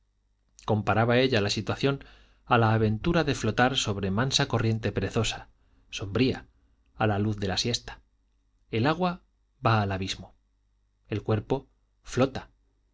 comparaba ella la situación a la aventura de flotar sobre mansa corriente perezosa sombría a la hora de la siesta el agua va al abismo el cuerpo flota